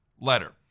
letter